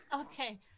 Okay